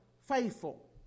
faithful